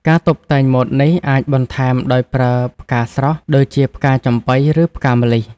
ការតុបតែងម៉ូតនេះ អាចបន្ថែមដោយប្រើផ្កាស្រស់ ដូចជាផ្កាចំប៉ី ឬផ្កាម្លិះ។